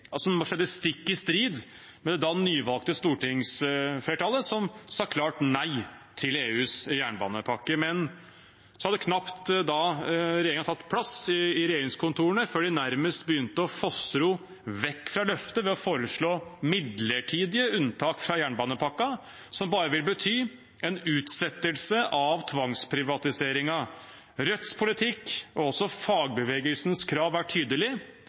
skjedde stikk i strid med det da nyvalgte stortingsflertallet, som sa klart nei til EUs jernbanepakke. Men regjeringen hadde knapt tatt plass i regjeringskontorene før de nærmest begynte å fossro vekk fra løftet ved å foreslå midlertidige unntak fra jernbanepakken, som bare vil bety en utsettelse av tvangsprivatiseringen. Rødts politikk og også fagbevegelsens krav er tydelig: